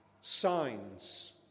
signs